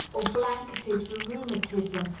or blanketed for rheumatism,